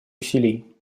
усилий